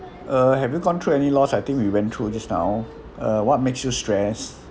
uh have you gone through any loss I think we went through just now uh what makes you stress